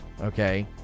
okay